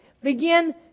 begin